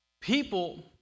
People